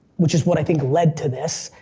which is what i think led to this,